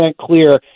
clear